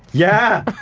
yeah.